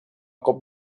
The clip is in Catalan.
cop